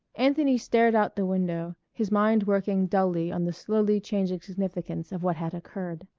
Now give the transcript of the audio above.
anthony stared out the window, his mind working dully on the slowly changing significance of what had occurred.